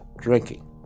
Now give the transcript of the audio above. drinking